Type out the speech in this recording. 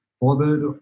bothered